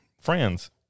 friends